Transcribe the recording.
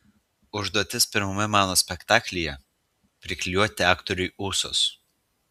užduotis pirmame mano spektaklyje priklijuoti aktoriui ūsus